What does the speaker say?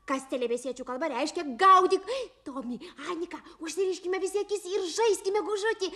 kastelė miestiečių kalba reiškia gaudyk toni anika užsiriškime visi akis ir žaiskime gužutį